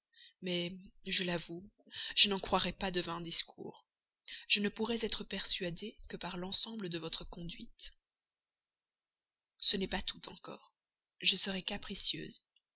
mais je l'avoue je n'en croirais pas de vains discours je ne pourrais être persuadée que par l'ensemble de votre conduite ce n'est pas tout encore je serais capricieuse